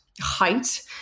height